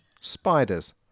Spiders